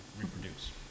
reproduce